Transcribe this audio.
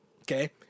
Okay